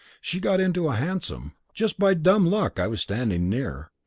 she got into a hansom. just by dumb luck i was standing near.